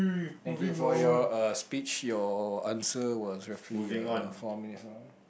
thank you for your uh speech your answer was roughly uh four minutes long